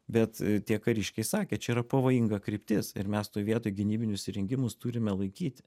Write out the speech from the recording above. bet tie kariškiai sakė čia yra pavojinga kryptis ir mes toj vietoj gynybinius įrengimus turime laikyti